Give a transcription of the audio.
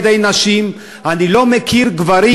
אני לא מכיר גברים